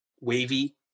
wavy